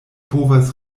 povas